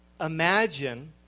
Imagine